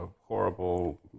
horrible